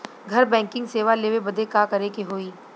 घर बैकिंग सेवा लेवे बदे का करे के होई?